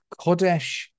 Kodesh